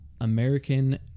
American